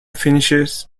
finishes